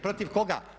Protiv koga?